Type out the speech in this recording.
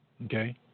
Okay